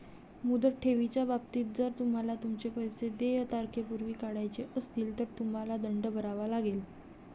मुदत ठेवीच्या बाबतीत, जर तुम्हाला तुमचे पैसे देय तारखेपूर्वी काढायचे असतील, तर तुम्हाला दंड भरावा लागेल